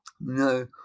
no